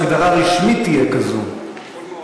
שההגדרה הרשמית תהיה כזאת, יכול מאוד להיות.